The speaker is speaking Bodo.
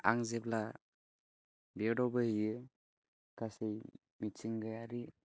आं जेब्ला बेयाव दावबायहैयो गासै मिथिंगायारि